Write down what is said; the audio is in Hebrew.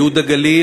ייהוד הגליל,